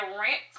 rent